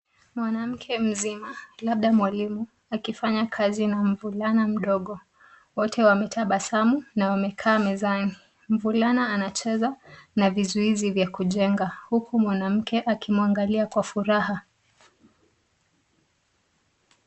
Mwanamke mzima, labda mwalimu, akifanya kazi na mvulana mdogo wote wametabasamu na wamekaa mezani. Mvulana anacheza na vizuizi vya kujenga huku mwanamke akimwangalia kwa furaha.